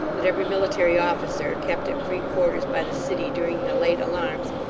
that every military officer, kept at free quarters by the city during the late alarms,